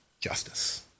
justice